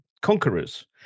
conquerors